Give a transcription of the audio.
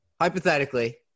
hypothetically –